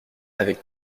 avec